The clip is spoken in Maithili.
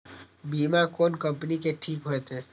बीमा कोन कम्पनी के ठीक होते?